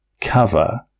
cover